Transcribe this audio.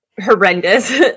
horrendous